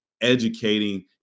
educating